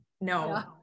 no